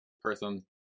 person